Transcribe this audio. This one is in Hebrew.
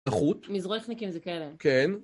החוט? מזרוחנקים זה כאלה. כן.